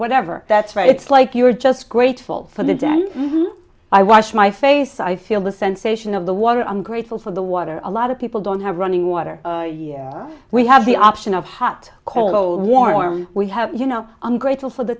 whatever that's right it's like you're just grateful for the den i wash my face i feel the sensation of the water i'm grateful for the water a lot of people don't have running water we have the option of hot cold or warm we have you know i'm grateful for the